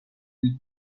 with